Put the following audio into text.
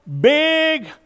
big